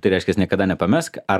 tai reiškias niekada nepamesk ar